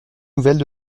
nouvelles